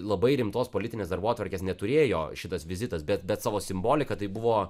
labai rimtos politinės darbotvarkės neturėjo šitas vizitas bet bet savo simbolika tai buvo